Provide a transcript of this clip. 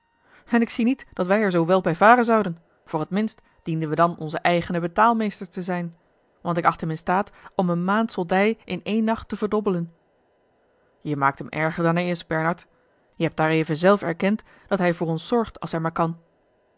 en ik zie niet dat wij er zoo wel bij varen zouden voor t minst dienden we dan onze eigene betaalmeesters te zijn want ik acht hem in staat om eene maand soldij in één nacht te verdobbelen je maakt hem erger dan hij is bernard je hebt daareven zelf erkend dat hij voor ons zorgt als hij maar kan